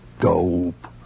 dope